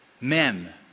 Men